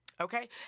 Okay